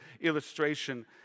illustration